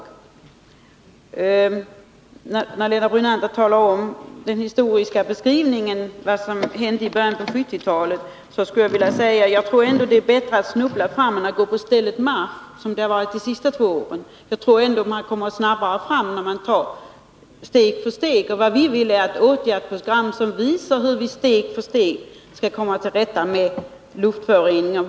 Eftersom Lennart Brunander talar om vad som hände i början av 1970-talet, skulle jag vilja säga att jag ändå tror att det är bättre att snubbla fram än att gå på stället marsch, som förhållandet har varit de senaste två åren. Man kommer snabbare fram om man tar steg för steg, och vad vi vill ha är ett åtgärdsprogram som visar hur det steg för steg skall gå att komma till rätta med luftföroreningarna.